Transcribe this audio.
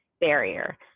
barrier